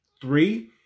three